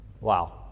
Wow